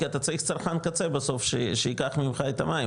כי אתה צריך צרכן קצה בסוף שייקח ממך את המים,